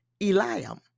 Eliam